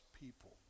people